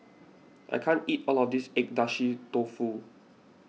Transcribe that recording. I can't eat all of this Agedashi Dofu